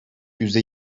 yüzde